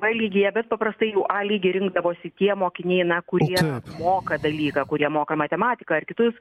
b lygyje bet paprastai jau a lygį rinkdavosi tie mokiniai na kurie moka dalyką kurie moka matematiką ar kitus